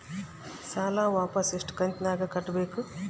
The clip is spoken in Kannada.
ಸಾಲ ವಾಪಸ್ ಎಷ್ಟು ಕಂತಿನ್ಯಾಗ ಕಟ್ಟಬೇಕು?